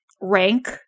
rank